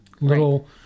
little